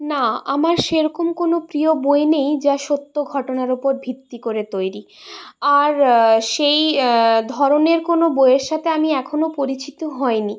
না আমার সেরকম কোনও প্রিয় বই নেই যা সত্য ঘটনার ওপর ভিত্তি করে তৈরি আর সেই ধরনের কোনও বইয়ের সাথে আমি এখনো পরিচিত হইনি